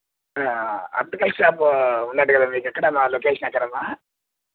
optical shop ఉందంట కదా మీకు ఎక్కడ అమ్మా లొకేషన్ ఎక్కడమ్మా